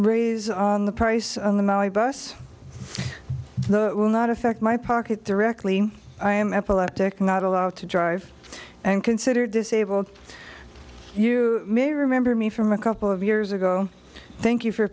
raise on the price on the my bus will not affect my pocket directly i am epileptic not allowed to drive and consider disabled you may remember me from a couple of years ago thank you for